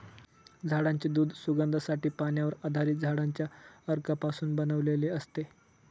झाडांचे दूध सुगंधासाठी, पाण्यावर आधारित झाडांच्या अर्कापासून बनवलेले असते